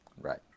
right